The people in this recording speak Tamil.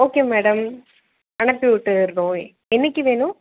ஓகே மேடம் அனுப்பி விட்டுர்றோம் என்னிக்கு வேணும்